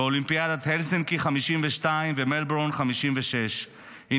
באולימפיאדת הלסינקי 1952 ומלבורן 1956. היא